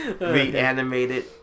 reanimated